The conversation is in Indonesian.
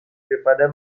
daripada